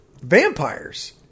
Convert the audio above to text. vampires